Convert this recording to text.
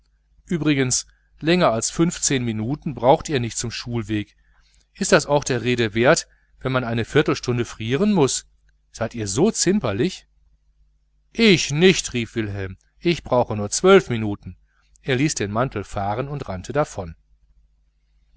übrigens länger als fünfzehn minuten braucht ihr nicht zum schulweg ist das auch der rede wert wenn man eine viertelstunde frieren muß seid ihr so zimpferlich ich nicht rief wilhelm ich brauche auch nur zwölf minuten er ließ den mantel fahren und rannte davon